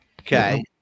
okay